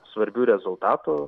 svarbių rezultatų